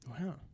Wow